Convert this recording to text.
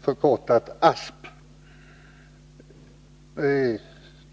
förkortat ASP.